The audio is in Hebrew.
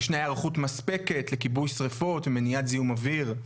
ישנה היערכות מספקת לכיבוי שריפות ומניעת זיהום אוויר.